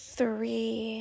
three